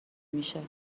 میشه